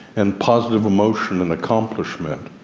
and positive emotion and accomplishment.